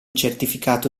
certificato